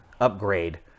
upgrade